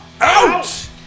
out